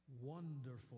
wonderful